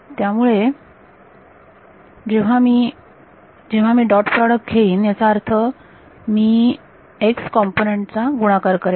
त्यामुळे जेव्हा मी जेव्हा मी डॉट प्रॉडक्ट घेईन याचा अर्थ मी X कॉम्पोनन्ट चा गुणाकार करेन